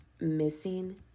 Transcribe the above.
missing